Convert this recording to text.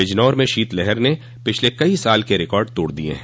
बिजनौर में शीत लहर ने पिछले कई साल के रिकार्ड तोड़ दिये हैं